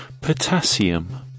Potassium